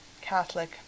Catholic